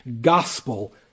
gospel